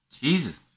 Jesus